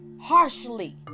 harshly